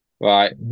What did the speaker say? Right